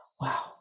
Wow